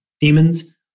demons